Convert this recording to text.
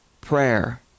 prayer